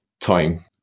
time